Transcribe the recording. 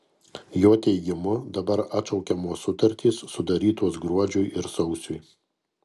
jo teigimu dabar atšaukiamos sutartys sudarytos gruodžiui ir sausiui